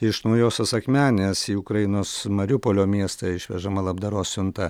iš naujosios akmenės į ukrainos mariupolio miestą išvežama labdaros siunta